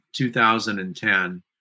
2010